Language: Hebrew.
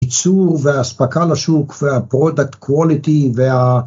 ייצור והספקה לשוק והproduct quality וה